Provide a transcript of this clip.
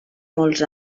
molts